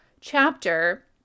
chapter